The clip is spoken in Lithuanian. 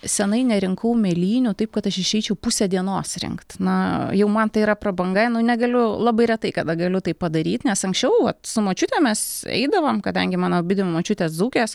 senai nerinkau mėlynių taip kad aš išeičiau pusę dienos rinkt na jau man tai yra prabanga nu negaliu labai retai kada galiu tai padaryt nes anksčiau vat su močiute mes eidavom kadangi mano abidvi močiutės dzūkės